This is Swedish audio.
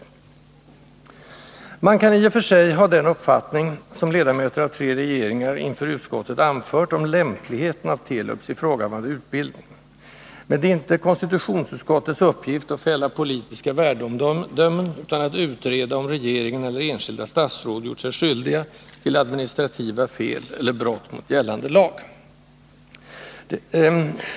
Man kan i och för sig ha den uppfattning som ledamöter av tre regeringar inför utskottet anfört om lämpligheten av Telubs ifrågavarande utbildning. Men det är inte konstitutionsutskottets uppgift att fälla politiska värdeomdömen, utan att utreda om regeringen eller enskilda statsråd gjort sig skyldiga till administrativa fel eller brott mot gällande lag.